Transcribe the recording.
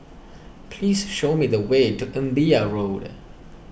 please show me the way to Imbiah Road